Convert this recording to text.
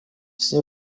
все